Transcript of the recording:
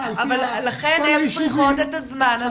לכן הן צריכות את הזמן הזה.